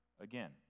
again